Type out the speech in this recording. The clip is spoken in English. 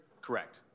Correct